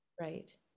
right